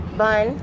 bun